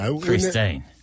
Christine